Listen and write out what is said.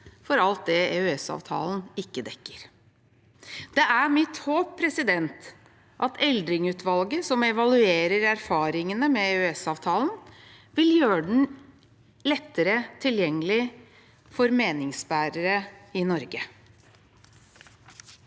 for alt det EØS-avtalen ikke dekker. Det er mitt håp at Eldring-utvalget, som evaluerer erfaringene med EØS-avtalen, vil gjøre den lettere tilgjengelig for meningsbærere i Norge.